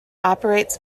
operates